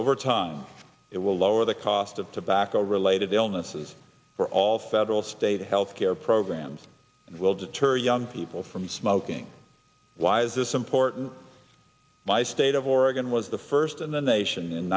over time it will lower the cost of tobacco related illnesses for all federal state health care programs will deter young people from smoking why is this important by state of oregon was the first in the nation in